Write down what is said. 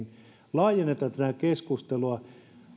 laajennetaan tätä keskustelua